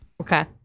Okay